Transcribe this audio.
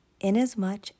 Inasmuch